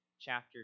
chapter